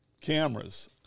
cameras